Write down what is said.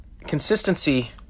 consistency